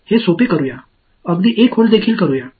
எனவே அதை எளிமையாக்குவோம் அதை 1 வோல்ட்டாக மாற்றுவோம்